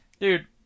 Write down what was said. dude